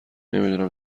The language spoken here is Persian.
نمیدونم